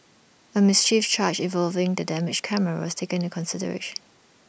A mischief charge involving the damaged camera was taken in consideration